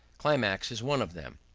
climax is one of them.